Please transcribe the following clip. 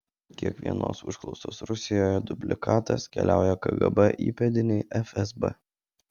kiekvienos užklausos rusijoje dublikatas keliauja kgb įpėdinei fsb